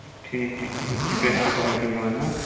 ٹھیٖک ٹھیٖک یہِ چھِ بیٚسٹ کوالٹی یِوان نا